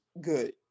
good